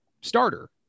starter